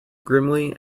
grimly